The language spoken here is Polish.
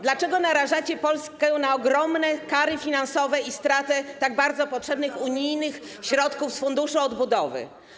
Dlaczego narażacie Polskę na ogromne kary finansowe i stratę tak bardzo potrzebnych unijnych środków z Funduszu Odbudowy?